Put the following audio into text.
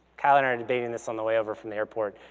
kyle and i were debating this on the way over from the airport.